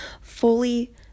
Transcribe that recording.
fully